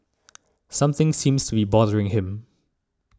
something seems to be bothering him